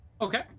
Okay